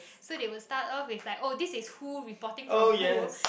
so they will start off with like oh this is who reporting from who